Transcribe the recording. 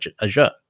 Azure